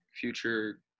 future